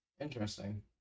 interesting